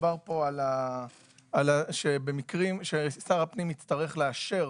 שדובר פה ששר הפנים יצטרך לאשר